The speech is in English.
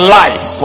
life